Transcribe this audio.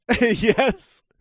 Yes